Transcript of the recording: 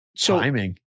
Timing